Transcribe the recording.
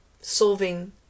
solving